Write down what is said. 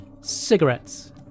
Cigarettes